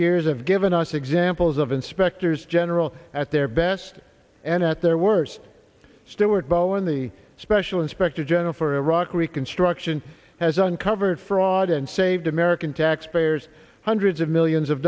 years have given us examples of inspectors general at their best and at their worst stuart bowen the special inspector general for iraq reconstruction has uncovered fraud and saved american taxpayers hundreds of millions of